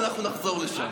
ואנחנו נחזור לשם.